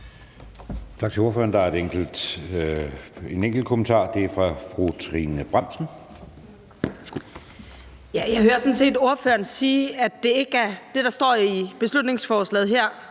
sådan set ordføreren sige, at det ikke er det, der står i beslutningsforslaget her,